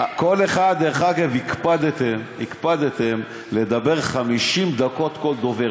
דרך אגב, הקפדתם לדבר 50 דקות כל דובר.